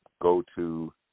go-to